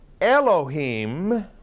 Elohim